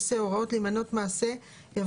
הוראות עשה או הוראות להימנעות ממעשה יבהירו